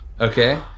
Okay